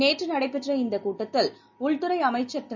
நேற்றுநடைபெற்ற இந்தகூட்டத்தில் உள்துறைஅமைச்சா் திரு